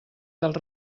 dels